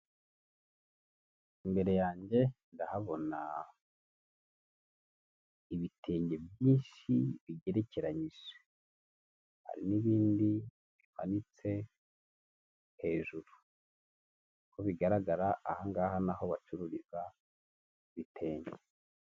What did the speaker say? Imbere yanjye ndahabona ibitenge byinhsi bigerekeranyije hari n'ibindi bihanitse hejuru, uko bigaragara ahangaha ni aho bacururiza ibitenge.